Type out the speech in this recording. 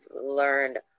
learned